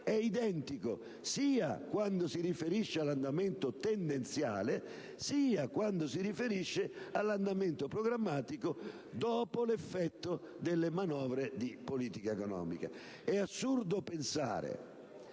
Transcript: è identico quando si riferisce sia all'andamento tendenziale che all'andamento programmatico, dopo l'effetto delle manovre di politica economica. È assurdo pensare